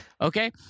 Okay